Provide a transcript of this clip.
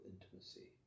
intimacy